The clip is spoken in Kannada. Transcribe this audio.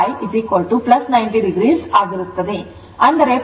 ಅಂದರೆ ಪ್ರತಿರೋಧದ ಕೋನ 90o ಆಗಿರುತ್ತದೆ